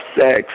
sex